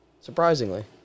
Surprisingly